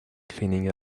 cleaning